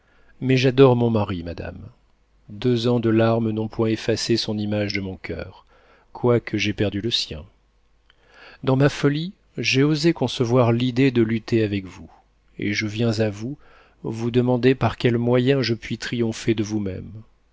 mais j'adore mon mari madame deux ans de larmes n'ont point effacé son image de mon coeur quoique j'aie perdu le sien dans ma folie j'ai osé concevoir l'idée de lutter avec vous et je viens à vous vous demander par quels moyens je puis triompher de vous-même